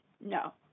No